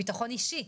ביטחון אישי,